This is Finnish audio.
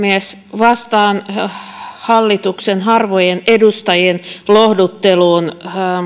vastaan hallituksen harvojen edustajien lohdutteluun